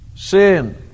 Sin